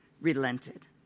relented